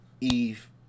Eve